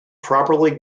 properly